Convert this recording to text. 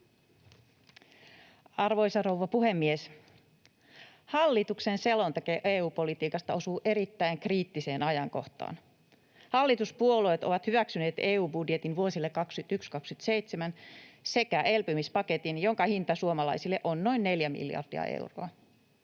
Arvoisa rouva puhemies! Hallituksen selonteko EU-politiikasta osuu erittäin kriittiseen ajankohtaan. Hallituspuolueet ovat hyväksyneet EU-budjetin vuosille 21—27 sekä elpymispaketin, jonka hinta suomalaisille on noin 4 miljardia euroa.